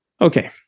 Okay